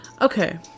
Okay